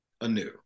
anew